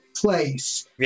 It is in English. place